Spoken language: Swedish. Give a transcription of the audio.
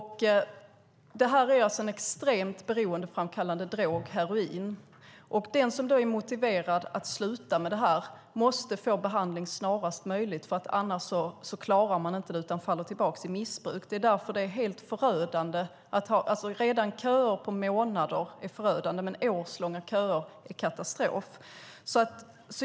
Heroin är en extremt beroendeframkallande drog. Den som är motiverad att sluta måste få behandling snarast möjligt, annars klarar man sig inte utan faller tillbaka i missbruk. Redan månadslånga köer är förödande, men årslånga köer är katastrof.